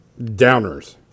downers